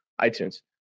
iTunes